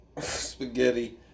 Spaghetti